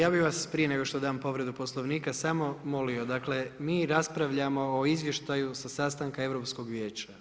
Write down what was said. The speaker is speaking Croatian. Ja bih vas prije nego što dam povredu Poslovnika, samo molimo, dakle, mi raspravljamo o izvještaju sa sastanka Europskog vijeća.